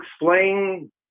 explain